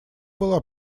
была